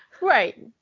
Right